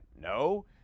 No